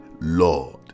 Lord